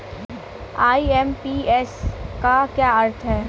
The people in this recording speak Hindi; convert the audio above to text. आई.एम.पी.एस का क्या अर्थ है?